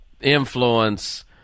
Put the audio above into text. influence